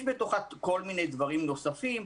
יש בתוכה כל מיני דברים נוספים.